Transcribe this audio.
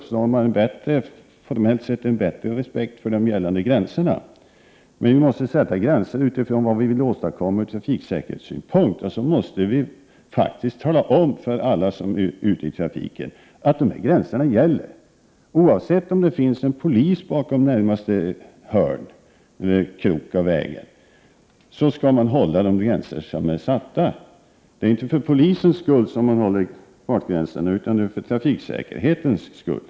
I så fall uppnår vi formellt sett en bättre respekt för de gällande hastighetsgränserna, men vi måste sätta gränser utifrån vad vi vill åstadkomma ur trafiksäkerhetssynpunkt. Vi måste faktiskt tala om för alla som är ute i trafiken att dessa gränser gäller oavsett om det finns en polis bakom närmaste vägkrön eller ej. Man skall hålla de hastighetsgränser som är satta. Det är ju inte för polisens skull som man skall hålla fartgränserna, utan för trafiksäkerhetens skull.